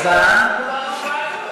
אז אנחנו מעלים את זה להצבעה,